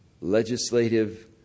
legislative